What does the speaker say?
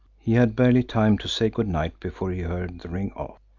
he had barely time to say good night before he heard the ring off.